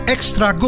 Extra